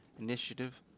initiative